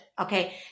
okay